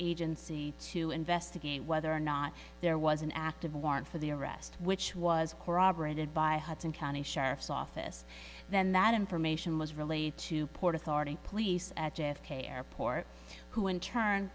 agency to investigate whether or not there was an active warrant for the arrest which was corroborated by hudson county sheriff's office then that information was relayed to port authority police at j f k airport who in turn